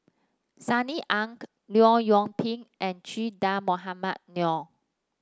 Sunny Ang Liu Yong Pin and Che Dah Mohamed Noor